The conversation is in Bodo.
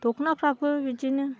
दखनाफ्राबो बिदिनो